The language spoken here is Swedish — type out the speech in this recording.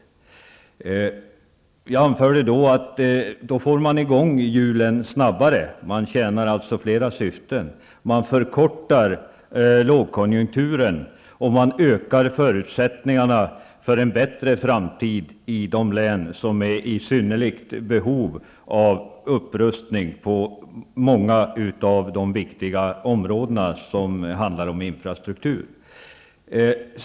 Jag anförde då att man på det sättet kan få i gång hjulen snabbare. Det tjänar alltså flera syften. Man förkortar lågkonjunkturen och ökar förutsättningarna för en bättre framtid i de län där det finns synnerligen stort behov av upprustning på många av de viktiga områden som handlar om infrastruktur.